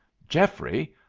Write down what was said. geoffrey,